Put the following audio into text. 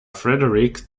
frederick